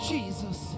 Jesus